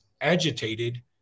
agitated